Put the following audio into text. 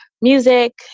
music